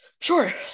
sure